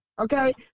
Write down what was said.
Okay